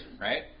right